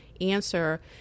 answer